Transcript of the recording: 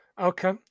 Okay